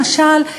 למשל,